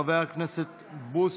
חבר הכנסת בוסו,